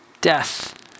death